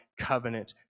covenant